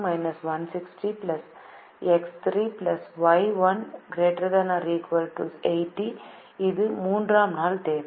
எனவே X1 X2−160 X3 Y1≥80 இது 3ஆம் நாள் தேவை